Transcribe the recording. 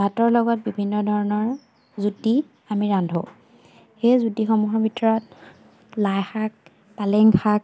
ভাতৰ লগত বিভিন্ন ধৰণৰ জুতি আমি ৰান্ধো সেই জুতিসমূহৰ ভিতৰত লাই শাক পালেং শাক